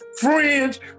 friends